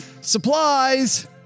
Supplies